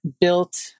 built